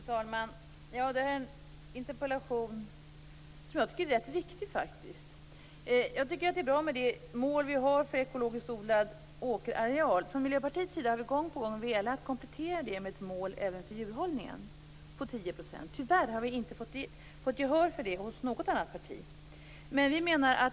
Fru talman! Det här är en interpellation som jag faktiskt tycker är rätt viktig. Jag tycker att det är bra med det mål vi har för ekologiskt odlad åkerareal. Från Miljöpartiets sida har vi gång på gång velat komplettera det med ett mål på 10 % även för djurhållningen. Tyvärr har vi inte fått gehör för det hos något annat parti.